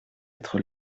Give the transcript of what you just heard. être